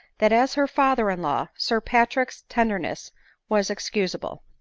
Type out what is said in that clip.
that as her father-in-law, sir patrick's tenderness was excusable.